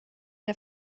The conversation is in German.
der